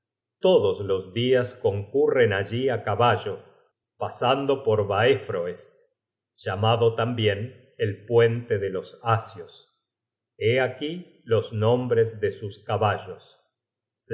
search generated at concurren allí á caballo pasando por baefroest llamado tambien el puente de los asios hé aquí los nombres de sus caballos